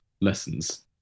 lessons